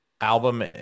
album